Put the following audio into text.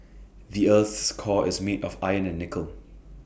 the Earth's core is made of iron and nickel